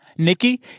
Nikki